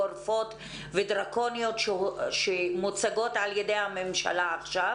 גורפות ודרקוניות שמוצגות על-ידי הממשלה עכשיו.